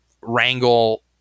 wrangle